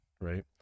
right